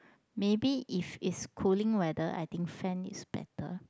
maybe if it's cooling weather I think fan is better